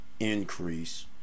Increase